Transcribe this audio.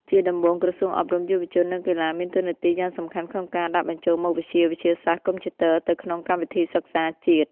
ជាដំបូង ក្រសួងអប់រំ យុវជន និងកីឡា មានតួនាទីយ៉ាងសំខាន់ក្នុងការដាក់បញ្ចូលមុខវិជ្ជាវិទ្យាសាស្ត្រកុំព្យូទ័រទៅក្នុងកម្មវិធីសិក្សាជាតិ។